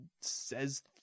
says